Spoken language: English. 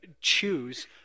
choose